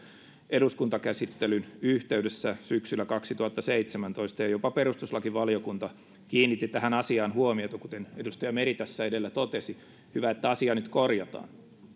eduskuntakäsittelyn yhteydessä syksyllä kaksituhattaseitsemäntoista ja jopa perustuslakivaliokunta kiinnitti tähän asiaan huomiota kuten edustaja meri tässä edellä totesi hyvä että asia nyt korjataan